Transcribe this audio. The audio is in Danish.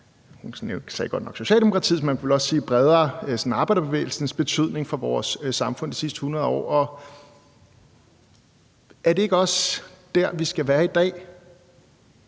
man kunne også bredere tale om arbejderbevægelsen – betydning for vores samfund de sidste 100 år, og er det ikke også der, vi skal være i dag,